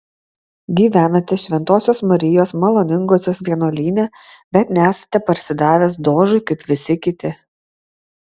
gyvenate šventosios marijos maloningosios vienuolyne bet nesate parsidavęs dožui kaip visi kiti